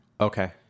Okay